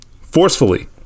forcefully